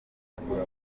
yatorewe